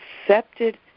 accepted